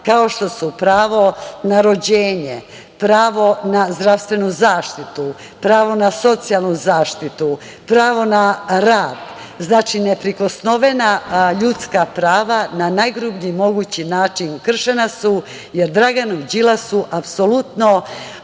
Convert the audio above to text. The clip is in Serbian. kao što su pravo na rođenje, pravo na zdravstvenu zaštitu, pravo na socijalnu zaštitu, pravo na rad. Znači, neprikosnovena ljudska prava na najgrublji mogući način kršena su, jer Draganu Đilasu apsolutno